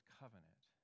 covenant